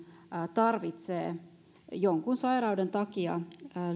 tarvitsee jonkin sairauden takia